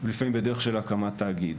לפעמים בדרך של הקמת תאגיד.